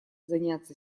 заняться